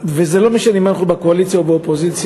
זה לא משנה אם אנחנו בקואליציה או באופוזיציה,